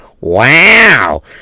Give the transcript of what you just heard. Wow